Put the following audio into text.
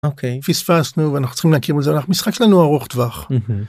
אוקיי, פספסנו ואנחנו צריכים להכיר בזה. המשחק שלנו ארוך טווח.